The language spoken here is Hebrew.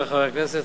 חברי חברי הכנסת,